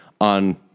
on